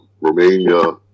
Romania